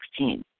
2016